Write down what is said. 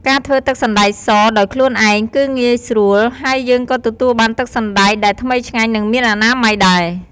ការធ្វើទឹកសណ្តែកសដោយខ្លួនឯងគឺងាយស្រួល ហើយយើងក៏ទទួលបានទឹកសណ្ដែកដែលថ្មីឆ្ងាញ់ និងមានអនាម័យដែរ។